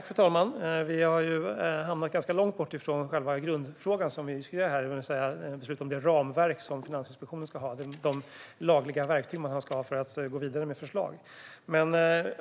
Fru talman! Vi har hamnat ganska långt bort ifrån själva grundfrågan som vi diskuterar här, det vill säga beslut om det ramverk som Finansinspektionen ska ha och de lagliga verktyg de ska ha för att kunna gå vidare med förslag.